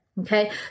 Okay